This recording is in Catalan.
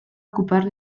ocupar